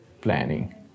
planning